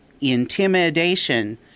intimidation